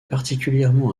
particulièrement